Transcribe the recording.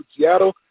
Seattle